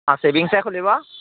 অঁ চেভিংছহে খুলিব